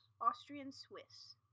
Austrian-Swiss